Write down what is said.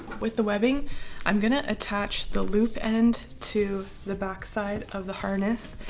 with the webbing i'm gonna attach the loop end to the backside of the harness.